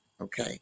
okay